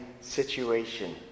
situation